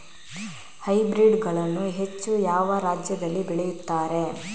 Hybrid ಗಳನ್ನು ಹೆಚ್ಚು ಯಾವ ರಾಜ್ಯದಲ್ಲಿ ಬೆಳೆಯುತ್ತಾರೆ?